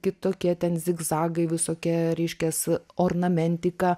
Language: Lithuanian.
kitokie ten zigzagai visokie reiškias ornamentika